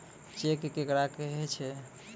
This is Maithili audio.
चेक केकरा कहै छै?